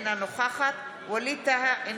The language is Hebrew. אינה נוכחת ווליד טאהא,